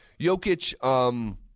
Jokic